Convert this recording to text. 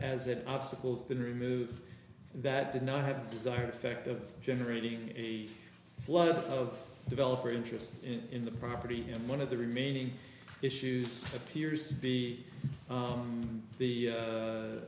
has it obstacles been removed that did not have desired effect of generating a flood of developer interest in the property him one of the remaining issues appears to be the